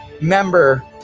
member